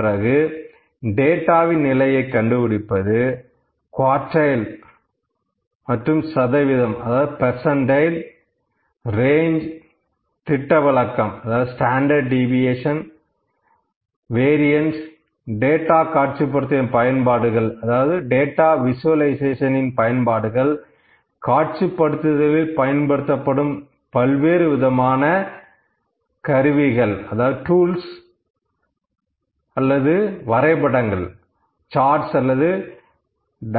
அதன் பிறகு டேட்டாவின் நிலையை கண்டுபிடிப்பது குவார்டைல் மற்றும் சதவீதம் அதாவது பர்சன்டைல் ரேஞ்ச் திட்டவிலக்கம் வேரீஅந்ஸ டேட்டா காட்சிப்படுத்துதலின் பயன்கள் காட்சிப்படுத்துதலில் பயன்படுத்தப்படும் பல்வேறுவிதமான கருவிகள் அல்லது வரைபடங்கள்